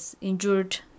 injured